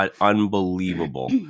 unbelievable